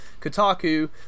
Kotaku